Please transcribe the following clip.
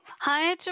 Hi